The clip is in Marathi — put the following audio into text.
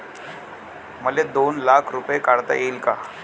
मले दोन लाख रूपे काढता येईन काय?